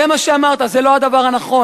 זה מה שאמרת: זה לא הדבר הנכון,